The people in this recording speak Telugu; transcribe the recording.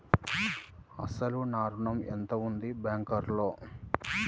అసలు నా ఋణం ఎంతవుంది బ్యాంక్లో?